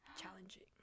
challenging